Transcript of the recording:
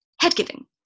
head-giving